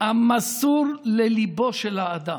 המסור לליבו של האדם.